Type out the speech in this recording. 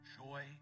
joy